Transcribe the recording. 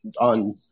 on